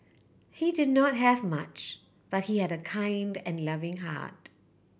he did not have much but he had a kind and loving heart